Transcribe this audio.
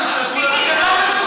אתם לא מסוגלים לחכות.